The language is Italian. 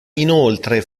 inoltre